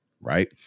right